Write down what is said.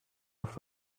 auf